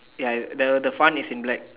ya the the fun is in black